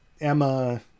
emma